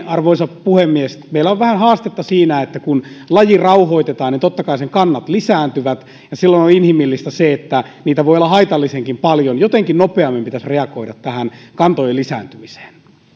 arvoisa puhemies meillä on vähän haastetta siinä että kun laji rauhoitetaan niin totta kai sen kannat lisääntyvät ja silloin on on inhimillistä se että niitä voi olla haitallisenkin paljon jotenkin nopeammin pitäisi reagoida tähän kantojen lisääntymiseen